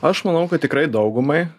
aš manau kad tikrai daugumai